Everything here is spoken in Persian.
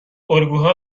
الگوها